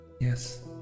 Yes